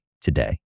today